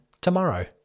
tomorrow